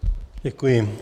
Děkuji.